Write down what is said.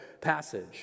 passage